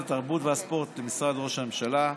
התרבות והספורט למשרד ראש הממשלה,